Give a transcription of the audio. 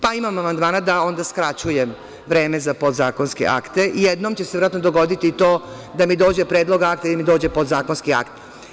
Pa, imam amandmana da onda skraćujem vreme za podzakonske akte i jednom će se verovatno dogoditi to da mi dođe predlog akta ili dođe podzakonski akt.